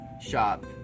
shop